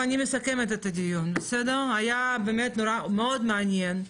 אני מסכמת את הדיון, היה באמת מאוד מעניין,